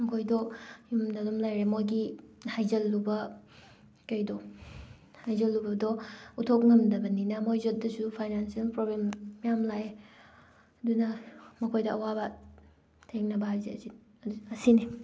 ꯃꯈꯣꯏꯗꯣ ꯌꯨꯝꯗ ꯑꯗꯨꯝ ꯂꯩꯔꯦ ꯃꯣꯏꯒꯤ ꯍꯩꯖꯜꯂꯨꯕ ꯈꯩꯗꯣ ꯍꯩꯖꯜꯂꯨꯕꯗꯣ ꯎꯠꯊꯣꯛ ꯉꯝꯗꯕꯅꯤꯅ ꯃꯣꯏꯁꯨ ꯑꯗꯨꯁꯨ ꯐꯥꯏꯅꯥꯟꯁꯤꯌꯦꯜ ꯄ꯭ꯔꯣꯕ꯭ꯂꯦꯝ ꯃꯌꯥꯝ ꯂꯥꯛꯑꯦ ꯑꯗꯨꯅ ꯃꯈꯣꯏꯗ ꯑꯋꯥꯕ ꯊꯦꯡꯅꯕ ꯍꯥꯏꯁꯦ ꯑꯁꯤ ꯑꯁꯤꯅꯤ